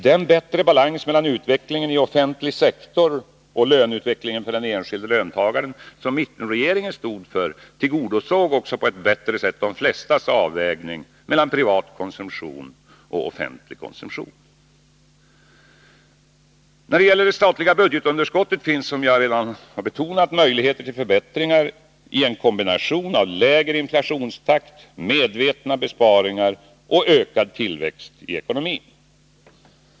Den bättre balans mellan utvecklingen i offentlig sektor och löneutvecklingen för den enskilde löntagaren, som mittenregeringen stod för, tillgodosåg också på ett bättre sätt de flestas avvägning mellan privat och offentlig konsumtion. När det gäller det statliga budgetunderskottet finns, som jag redan betonat, möjligheter till förbättringar i en kombination av lägre inflationstakt, medvetna besparingar och ökad tillväxt i ekonomin.